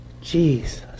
Jesus